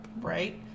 Right